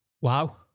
wow